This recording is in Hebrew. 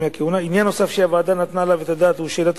עניין נוסף שהוועדה נתנה עליו את הדעת הוא שאלת